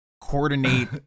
coordinate